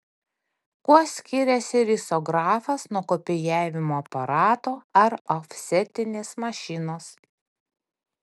kuo skiriasi risografas nuo kopijavimo aparato ar ofsetinės mašinos